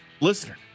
listener